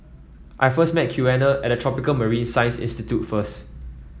I first may Quiana at Tropical Marine Science Institute first